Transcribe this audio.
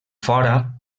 fora